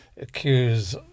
accuse